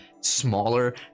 smaller